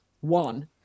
One